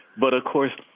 but, of course,